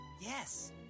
Yes